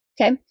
Okay